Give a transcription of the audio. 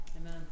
Amen